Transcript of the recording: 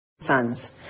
sons